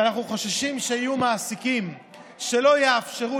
ואנחנו חוששים שיהיו מעסיקים שלא יאפשרו